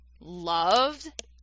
loved